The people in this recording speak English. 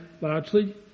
largely